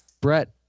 Brett